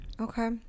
Okay